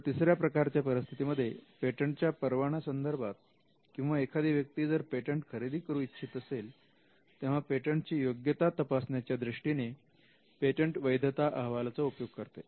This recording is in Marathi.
तर तिसऱ्या प्रकारच्या परिस्थितीमध्ये पेटंटच्या परवाना संदर्भात किंवा एखादी व्यक्ती जर पेटंट खरेदी करू इच्छित असेल तेव्हा पेटंटची योग्यता तपासण्याच्या दृष्टीने पेटंट वैधता अहवालाचा उपयोग करते